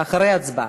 אחרי ההצבעה.